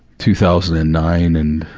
two thousand and nine and,